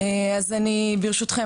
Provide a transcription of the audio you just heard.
אז ברשותכם,